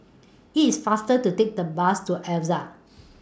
IT IS faster to Take The Bus to Altez